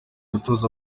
gutoza